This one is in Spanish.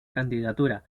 candidatura